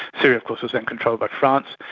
syria of course was then controlled by france,